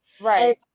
Right